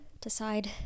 decide